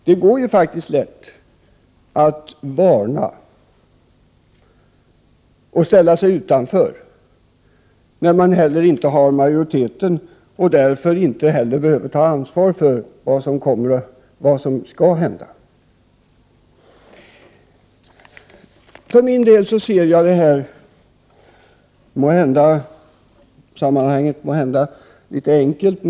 Det är faktiskt lätt att varna och att ställa sig utanför när man inte är i majoritet och därmed inte heller behöver ta ansvar för vad som händer. För min del ser jag måhända detta på ett litet enkelt sätt.